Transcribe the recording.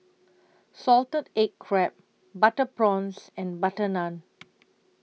Salted Egg Crab Butter Prawns and Butter Naan